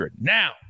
Now